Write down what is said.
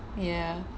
ya